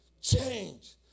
Change